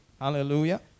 Hallelujah